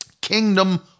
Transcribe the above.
Kingdom